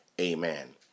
Amen